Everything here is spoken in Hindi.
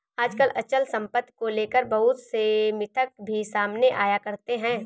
आजकल अचल सम्पत्ति को लेकर बहुत से मिथक भी सामने आया करते हैं